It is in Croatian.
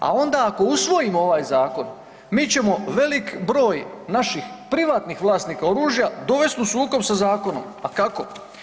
A onda ako usvojimo ovaj zakon mi ćemo velik broj naših privatnih vlasnika oružja dovest u sukob sa zakonom, a kako?